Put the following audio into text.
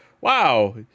wow